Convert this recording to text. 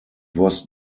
was